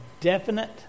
definite